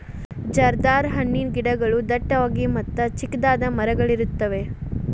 ಜರ್ದಾಳ ಹಣ್ಣಿನ ಗಿಡಗಳು ಡಟ್ಟವಾಗಿ ಮತ್ತ ಚಿಕ್ಕದಾದ ಮರಗಳಿರುತ್ತವೆ